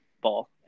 ball